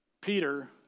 Peter